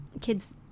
kids